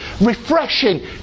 refreshing